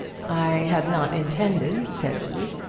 i had not intended, said he,